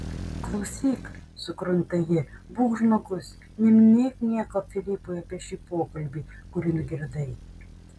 klausyk sukrunta ji būk žmogus neminėk nieko filipui apie šį pokalbį kurį nugirdai